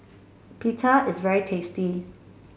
pita is very tasty